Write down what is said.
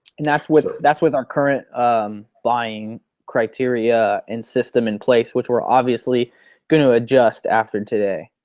and that's with that's with our current buying criteria and system in place which we're obviously going to adjust after today.